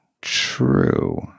true